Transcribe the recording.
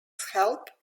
help